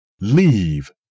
Leave